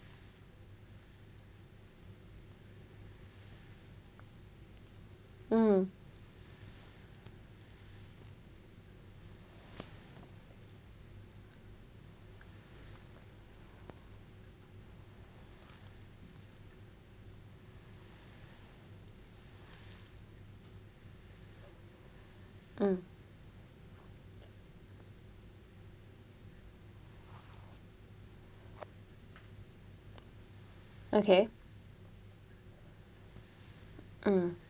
mm mm okay mm